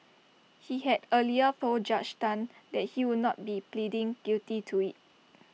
he had earlier told Judge Tan that he would not be pleading guilty to IT